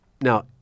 Now